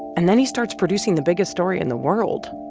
and then he starts producing the biggest story in the world.